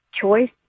choice